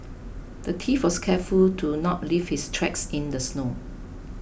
the thief was careful to not leave his tracks in the snow